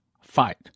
Fight